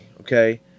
Okay